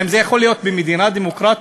האם זה יכול להיות במדינה דמוקרטית?